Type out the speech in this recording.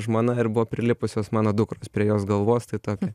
žmona ir buvo prilipusios mano dukros prie jos galvos tai tokia